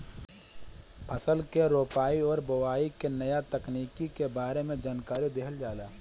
फसल के रोपाई और बोआई के नया तकनीकी के बारे में जानकारी देहल जाला